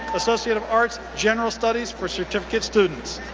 associate of arts, general studies for certificate students.